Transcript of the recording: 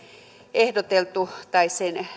ehdoteltu tai